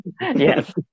Yes